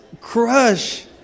crush